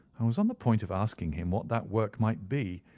i was on the point of asking him what that work might be,